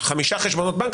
חמישה חשבונות בנק,